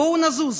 בואו נזוז,